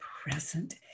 present